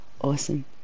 awesome